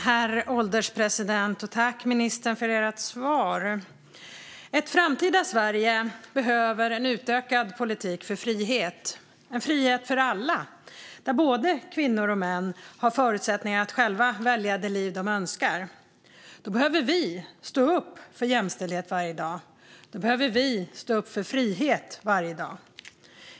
Herr ålderspresident! Tack för svaret, ministern! Ett framtida Sverige behöver en utökad politik för frihet - en frihet för alla, där både kvinnor och män har förutsättningar att själva välja det liv de önskar. Då behöver vi stå upp för jämställdhet varje dag, och vi behöver stå upp för frihet varje dag.